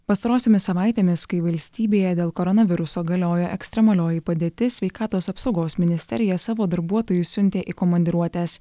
pastarosiomis savaitėmis kai valstybėje dėl koronaviruso galioja ekstremalioji padėtis sveikatos apsaugos ministerija savo darbuotojus siuntė į komandiruotes